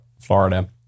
Florida